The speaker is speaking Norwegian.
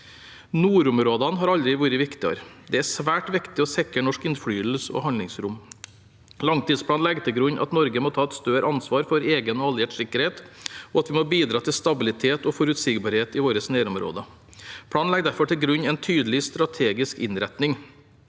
Nordområdene har aldri vært viktigere. Det er svært viktig å sikre norsk innflytelse og handlingsrom. Langtidsplanen legger til grunn at Norge må ta et større ansvar for egen og alliert sikkerhet, og at vi må bidra til stabilitet og forutsigbarhet i våre nærområder. Planen legger derfor til grunn en tydelig strategisk innretning.